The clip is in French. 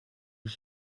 ils